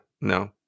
No